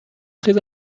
très